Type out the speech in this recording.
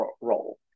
role